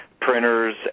printers